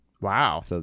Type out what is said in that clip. Wow